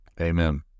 Amen